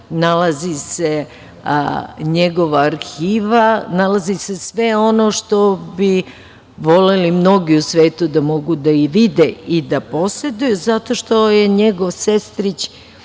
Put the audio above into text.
nalazi se njegova arhiva, nalazi se sve ono što bi voleli mnogi u svetu da mogu da vide i da poseduju, zato što je njegov sestrić,